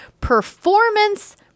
performance